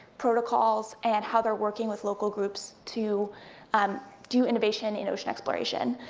protocols, and how they're working with local groups to um do innovation in ocean exploration.